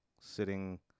sitting